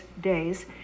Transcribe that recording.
days